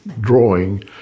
drawing